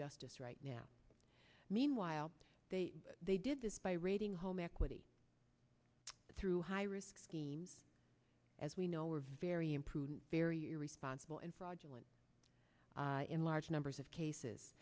justice right now meanwhile they did this by raiding home equity through high risk schemes as we know are very imprudent very responsible and fraudulent in large numbers of cases